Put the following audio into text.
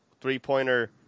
three-pointer